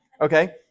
Okay